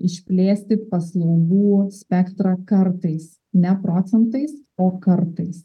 išplėsti paslaugų spektrą kartais ne procentais o kartais